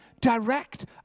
direct